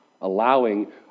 allowing